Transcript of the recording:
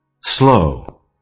Slow